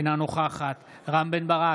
אינה נוכחת רם בן ברק,